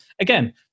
again